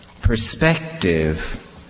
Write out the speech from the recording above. perspective